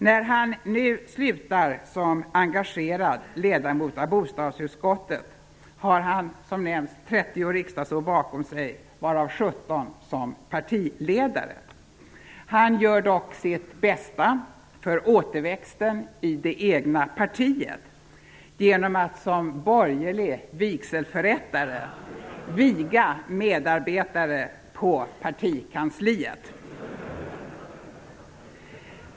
När han nu slutar som engagerad ledamot av bostadsutskottet har han -- som nämnts -- 30 riksdagsår bakom sig, varav 17 som partiledare. Han gör dock sitt bästa för återväxten i det egna partiet, genom att som borgerlig vigselförrättare viga medarbetare på partikansliet.